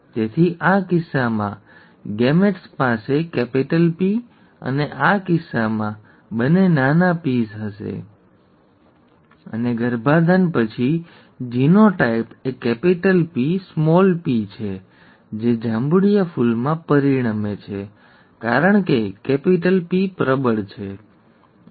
તેથી આ કિસ્સામાં ગેમેટ્સ પાસે મૂડી P અને આ કિસ્સામાં બંને નાના ps બંને હશે અને ગર્ભાધાન પછી જીનોટાઈપ એ કેપિટલ P સ્મોલ p છે જે જાંબુડિયા ફૂલમાં પરિણમે છે કારણ કે કેપિટલ P પ્રબળ છે ખરું ને